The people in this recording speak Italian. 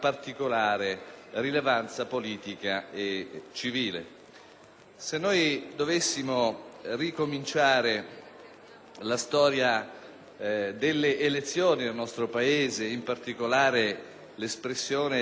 Se dovessimo ricominciare la storia delle elezioni nel nostro Paese e, in particolare, dell'espressione del diritto di voto, che è strettamente connesso con i diritti di